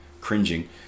cringing